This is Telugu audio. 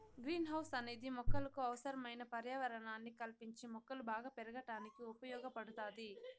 గ్రీన్ హౌస్ అనేది మొక్కలకు అవసరమైన పర్యావరణాన్ని కల్పించి మొక్కలు బాగా పెరగడానికి ఉపయోగ పడుతాది